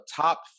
top